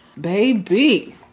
Baby